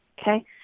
Okay